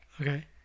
Okay